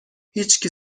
هیشکی